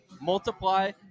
multiply